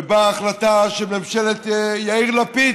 ובאה החלטה שממשלת יאיר לפיד,